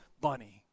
bunny